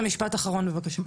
זה משפט אחרון בבקשה.